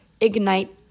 ignite